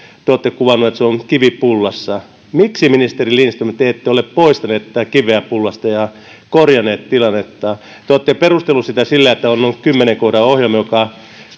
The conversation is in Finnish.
te olette kuvannut että se on kivi pullassa miksi ministeri lindström te ette ole poistanut tätä kiveä pullasta ja korjannut tilannetta te olette perustellut sitä silleen että on ollut kymmenen kohdan ohjelma joka